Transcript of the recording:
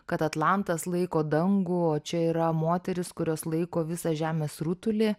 kad atlantas laiko dangų o čia yra moterys kurios laiko visą žemės rutulį